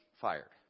fired